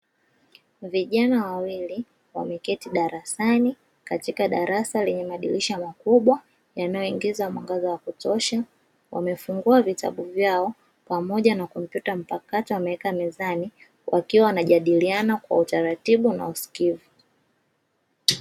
Vijana wawili wameketi darasani katika darasa lenye madirisha makubwa yanayoingiza mwangaza wa kutosha wamefungua vitabu vyao pamoja na kompyuta mpakato, wameweka mezani wakiwa wanajadiliana kwa utaratibu na wasikivu.